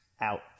out